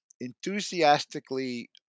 enthusiastically